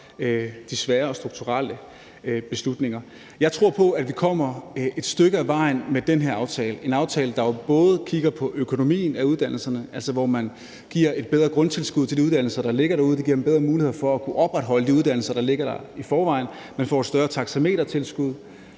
de svære og strukturelle beslutninger. Jeg tror på, at vi kommer et stykke ad vejen med den her aftale. Det er en aftale, hvor der bliver kigget på økonomien i uddannelserne, altså hvor man giver et bedre grundtilskud til de uddannelser, der er, og giver dem bedre muligheder for at kunne opretholde de uddannelser, vi allerede har, og de får større taxametertilskud.